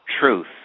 truth